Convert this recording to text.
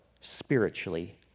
spiritually